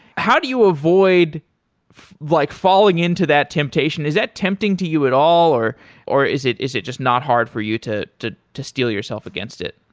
how do you avoid like falling into that temptation? is that tempting to you at all or or is it is it just not hard for you to to steel yourself against it?